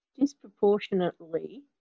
disproportionately